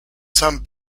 saint